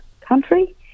country